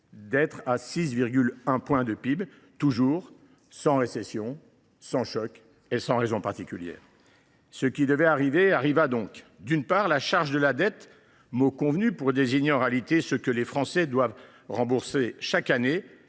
atteigne 6,1 % du PIB, toujours sans récession, sans choc, sans raison particulière. Et ce qui devait arriver arriva. D’une part, la charge de la dette, mot convenu pour désigner en réalité ce que les Français doivent rembourser chaque année,